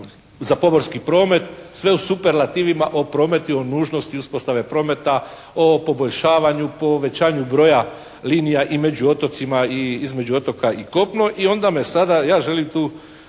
za pomorski promet, sve u superlativima o prometu, o nužnosti uspostave prometa o poboljšavanju, povećanju broja linija i među otocima i između otoka i kopno i onda me sada ja želim tu